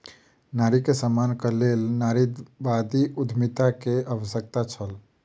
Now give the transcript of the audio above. नारी के सम्मानक लेल नारीवादी उद्यमिता के आवश्यकता छल